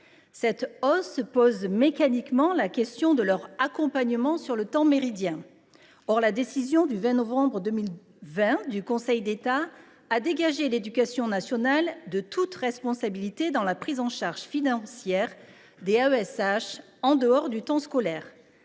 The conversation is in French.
Cette hausse pose mécaniquement la question de l’accompagnement de ces enfants sur le temps méridien. Or la décision du Conseil d’État du 20 novembre 2020 a dégagé l’éducation nationale de toute responsabilité dans la prise en charge financière des AESH en dehors du temps scolaire.